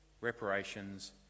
reparations